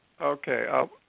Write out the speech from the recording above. Okay